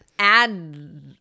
Add